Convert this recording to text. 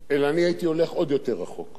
אלא הייתי הולך עוד יותר רחוק,